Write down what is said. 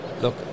look